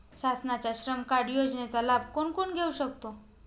शासनाच्या श्रम कार्ड योजनेचा लाभ कोण कोण घेऊ शकतो?